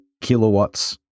kilowatts